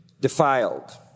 defiled